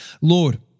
Lord